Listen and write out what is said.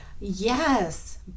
Yes